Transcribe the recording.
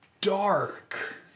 dark